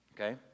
Okay